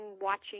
watching